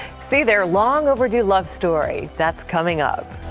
see their long overdue love story. that's coming up.